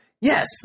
Yes